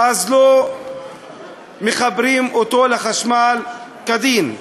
אז לא מחברים אותו לחשמל כדין.